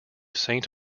saint